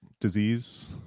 disease